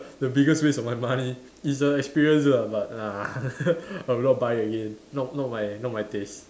the biggest waste of my money it's the experience lah but ah I will not buy again not not my not my taste